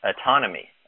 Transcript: autonomy